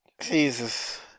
Jesus